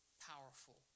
powerful